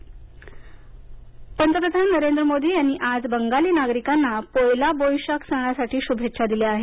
पंतप्रधान पंतप्रधान नरेंद्र मोदी यांनी आज बंगाली नागरिकांना पोयला बोईशाक सणासाठी शुभेच्छा दिल्या आहेत